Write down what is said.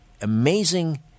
amazing